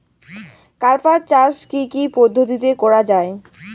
কার্পাস চাষ কী কী পদ্ধতিতে করা য়ায়?